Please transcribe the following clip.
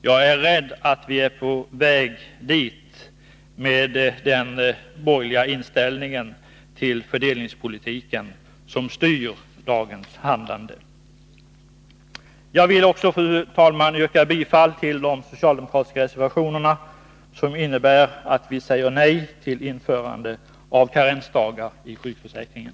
Jag är rädd för att vi är på väg dit, med den borgerliga inställning till fördelningspolitiken som styr dagens handlande. Fru talman! Jag vill yrka bifall till de socialdemokratiska reservationerna, som innebär att vi säger nej till införandet av karensdagar i sjukförsäkringen.